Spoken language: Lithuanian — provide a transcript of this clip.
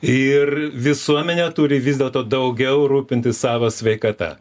ir visuomenė turi vis dėlto daugiau rūpintis savo sveikata